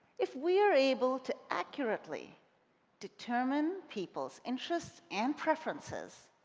if we're able to accurately determine people's interests and preferences,